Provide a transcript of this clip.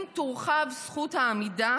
אם תורחב זכות העמידה